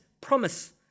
promise